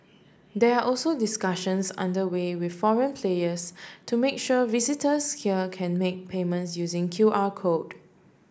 they are also discussions under way with foreign players to make sure visitors here can make payments using Q R code